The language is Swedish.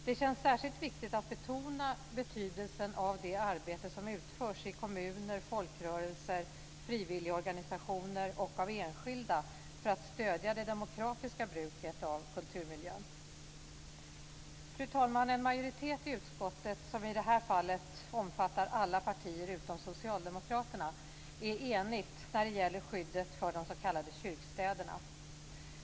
Det känns särskilt viktigt att betona betydelsen av det arbete som utförs i kommuner, folkrörelser, frivilligorganisationer och av enskilda för att stödja det demokratiska bruket av kulturmiljön. Fru talman! En majoritet i utskottet, som i det här fallet omfattar alla partier utom Socialdemokraterna, är enig när det gäller skyddet för de s.k. kyrkstäderna.